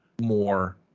more